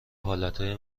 حالتهای